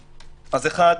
אחת,